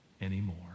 anymore